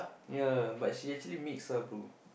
ya but she actually mix ah bro